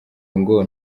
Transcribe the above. ngo